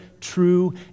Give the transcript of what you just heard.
true